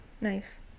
Nice